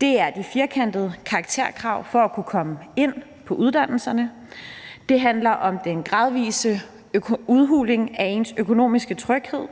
Der er det firkantede karakterkrav for at kunne komme ind på uddannelserne. Der er den gradvise udhulning af ens økonomiske tryghed.